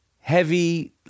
heavy